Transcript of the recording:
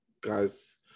guys